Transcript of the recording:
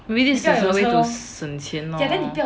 maybe this is the way to 省钱 lor